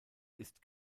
ist